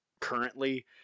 currently